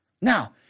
Now